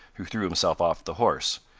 who threw himself off the horse,